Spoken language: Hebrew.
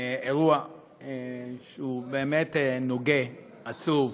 אירוע שהוא באמת נוגה, עצוב,